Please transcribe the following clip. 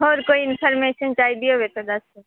ਹੋਰ ਕੋਈ ਇਨਫੋਰਮੇਸ਼ਨ ਚਾਹੀਦੀ ਹੋਵੇ ਤਾਂ ਦੱਸੋ